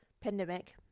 pandemic